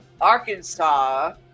Arkansas